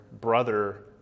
brother